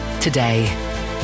today